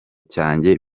cyanjye